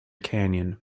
canyon